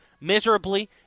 miserably